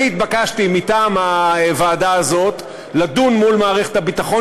אני התבקשתי מטעם הוועדה הזאת לדון מול מערכת הביטחון,